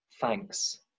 thanks